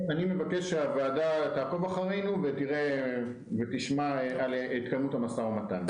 אני מבקש שהוועדה תעקוב אחרינו ותשמע על התקדמות המשא ומתן.